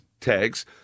Tags